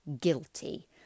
guilty